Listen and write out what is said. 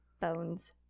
Bones